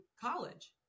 college